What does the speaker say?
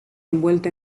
envuelta